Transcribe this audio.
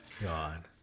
God